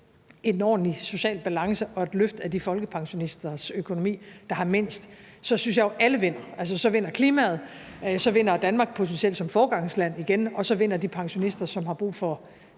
en ordentlig social balance og et løft af de folkepensionisters økonomi, der har mindst, så synes jeg jo, at alle vinder; altså så vinder klimaet, så vinder Danmark potentielt som foregangsland igen, og så vinder de pensionister, som i hvert fald